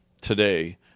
today